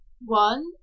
One